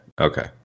okay